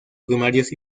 primarios